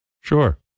sure